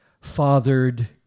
fathered